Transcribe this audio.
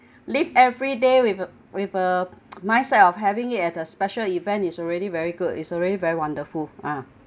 live every day with a with a myself having it at a special event is already very good is already very wonderful ah